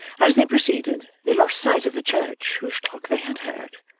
as they proceeded, they lost sight of the church whose clock they had heard,